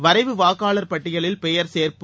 வரைவு வாக்காளர் பட்டியலில் பெயர் சேர்ப்பு